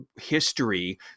history